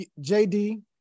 JD